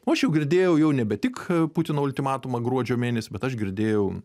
o aš jau girdėjau jau nebe tik putino ultimatumą gruodžio mėnesį bet aš girdėjau